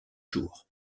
jour